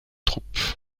troupe